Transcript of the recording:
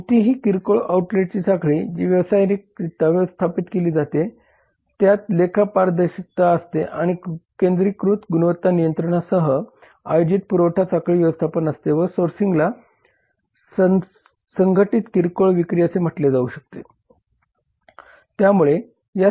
कोणतीही किरकोळ आउटलेट साखळी जी व्यावसायिकरित्या व्यवस्थापित केली जाते त्यात लेखा पारदर्शकता असते आणि केंद्रीकृत गुणवत्ता नियंत्रणासह आयोजित पुरवठा साखळी व्यवस्थापन असते व सोर्सिंगला संघटित किरकोळ विक्री असे म्हटले जाऊ शकते